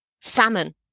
Salmon